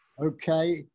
okay